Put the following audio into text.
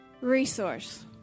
resource